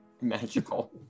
magical